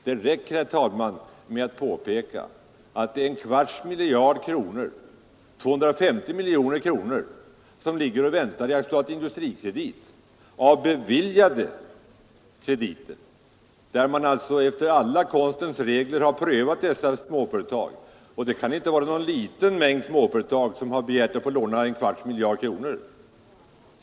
Det räcker, herr talman, med att påpeka att det är 250 miljoner kronor som ligger och väntar i AB Industrikredit av beviljade krediter. Efter alla konstens regler har man alltså prövat dessa småföretag. Det kan inte vara någon liten mängd småföretag som har begärt att få låna en kvarts miljard kronor.